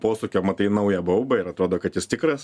posūkio matai naują baubą ir atrodo kad jis tikras